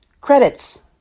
credits